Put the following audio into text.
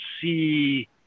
see